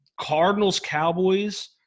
Cardinals-Cowboys